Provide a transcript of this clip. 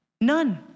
None